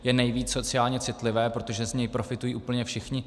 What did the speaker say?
Je nejvíc sociální citlivé, protože z něj profitují úplně všichni.